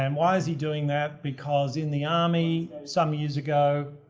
um why is he doing that? because in the army some years ago.